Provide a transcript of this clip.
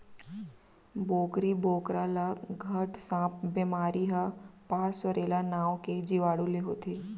बोकरी बोकरा ल घट सांप बेमारी ह पास्वरेला नांव के जीवाणु ले होथे